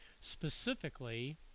Specifically